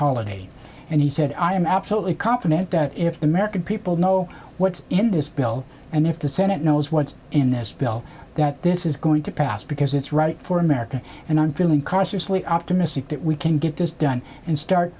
holiday and he said i am absolutely confident that if the american people know what's in this bill and if the senate knows what's in this bill that this is going to pass because it's right for america and i'm feeling cautiously optimistic that we can get this done and start